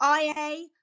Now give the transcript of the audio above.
IA